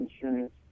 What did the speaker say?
insurance